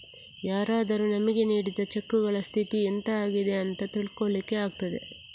ಯಾರಾದರೂ ನಮಿಗೆ ನೀಡಿದ ಚೆಕ್ಕುಗಳ ಸ್ಥಿತಿ ಎಂತ ಆಗಿದೆ ಅಂತ ತಿಳ್ಕೊಳ್ಳಿಕ್ಕೆ ಆಗ್ತದೆ